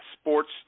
sports